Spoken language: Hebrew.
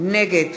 נגד